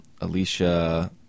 Alicia